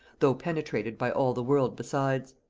though penetrated by all the world besides.